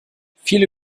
viele